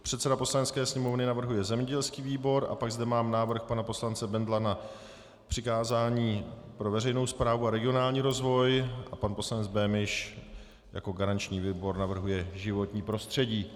Předseda Poslanecké sněmovny navrhuje zemědělský výbor a pak zde mám návrh pana poslance Bendla na přikázání výboru pro veřejnou správu a regionální rozvoj a pan poslanec Böhnisch jako garanční výbor navrhuje životní prostředí.